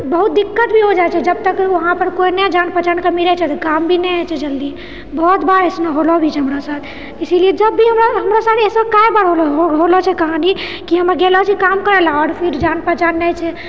बहुत दिक्कत भी हो जाइ छै जबतक वहाँ पर कोइ नहि जान पहचानकेँ मिलै छै तऽ काम भी नहि होइ छै जल्दी बहुत बार अइसनो होलो भी छै हमरा साथ इसीलिए जब भी हमरा हमरा साथ कए बार हो होलो छै कहानी कि हम गेलो छी काम करै लऽ आओर फिर जान पहचान नहि छै